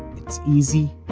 it's easy,